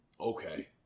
Okay